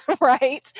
Right